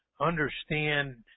understand